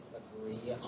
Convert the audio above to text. agree